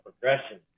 progression